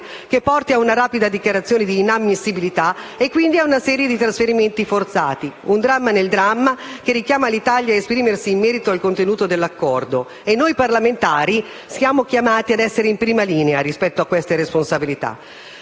che porti a una rapida dichiarazione di inammissibilità e, quindi, a una serie di trasferimenti forzati. È un dramma nel dramma che richiama l'Italia a esprimersi in merito al contenuto dell'accordo e noi parlamentari siamo in prima linea rispetto a queste responsabilità.